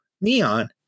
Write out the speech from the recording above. Neon